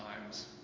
times